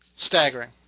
Staggering